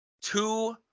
Two